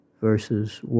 verses